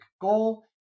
goal